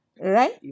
Right